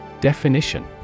Definition